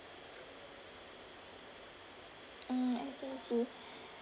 mm I see I see